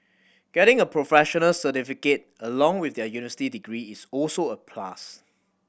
getting a professional certificate along with their university degree is also a plus